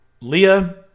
Leah